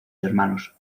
hermanos